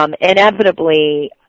Inevitably